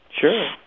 Sure